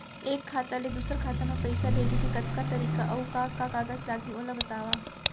एक खाता ले दूसर खाता मा पइसा भेजे के कतका तरीका अऊ का का कागज लागही ओला बतावव?